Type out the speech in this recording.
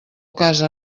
casa